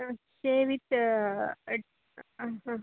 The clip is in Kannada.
ಹಾಂ ಸ್ಟೇ ವಿತ್ ಹಾಂ ಹಾಂ